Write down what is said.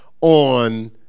on